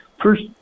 First